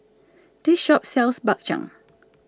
This Shop sells Bak Chang